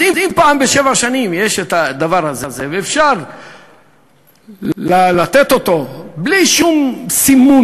אז אם אחת לשבע שנים יש הדבר הזה ואפשר לתת אותו בלי שום סימון,